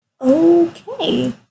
Okay